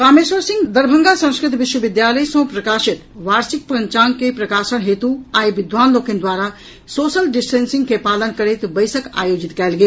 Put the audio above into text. कामेश्वर सिंह दरभंगा संस्कृत विश्वविद्यालय सँ प्रकाशित वार्षिक पंचांग के प्रकाशन हेतु आइ विद्वान लोकनि द्वारा सोशल डिस्टेंसिंग के पालन करैत बैसक आयोजित कयल गेल